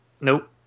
Nope